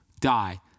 die